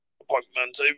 appointment